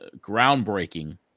groundbreaking